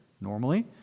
normally